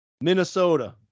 Minnesota